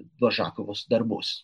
bložakovos darbus